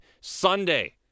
Sunday